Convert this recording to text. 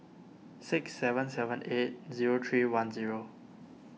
six seven seven eight zero three one zero